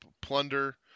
plunder